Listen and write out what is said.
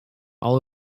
all